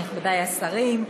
נכבדי השרים,